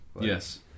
yes